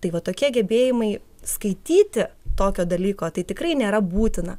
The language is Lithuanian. tai va tokie gebėjimai skaityti tokio dalyko tai tikrai nėra būtina